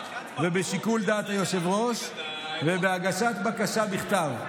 בשיקול דעת של היושב-ראש ובהגשת בקשה בכתב.